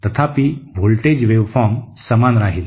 तथापि voltage waveform समान राहील